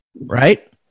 right